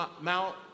Mount